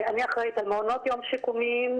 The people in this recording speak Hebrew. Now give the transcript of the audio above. אני אחראית על מעונות יום שיקומיים,